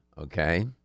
Okay